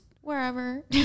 wherever